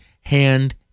hand